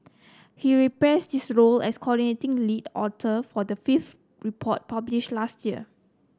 he reprised his role as coordinating lead author for the fifth report published last year